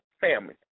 family